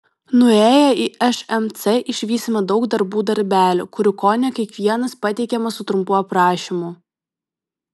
nuėję į šmc išvysime daug darbų darbelių kurių kone kiekvienas pateikiamas su trumpu aprašymu